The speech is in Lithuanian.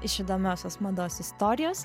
iš įdomiosios mados istorijos